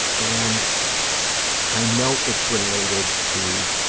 and i know it's related to,